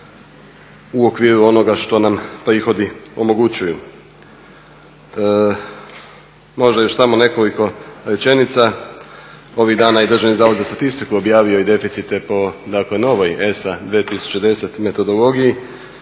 u okviru onoga što nam prihodi omogućuju. Možda još samo nekoliko rečenica. Ovih dana je i Državni zavod za statistiku objavio i deficite po, dakle novoj ESA 2010. metodologiji